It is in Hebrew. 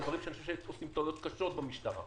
אני חושב שעושים טעויות קשות במשטרה,